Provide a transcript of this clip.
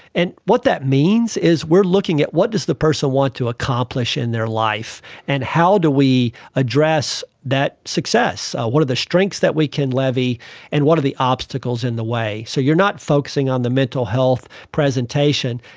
and what that means is we are looking at what does the person want to accomplish in their life and how do we address that success? what are the strengths that we can levy and what are the obstacles in the way? so you're not focusing on the mental health presentation,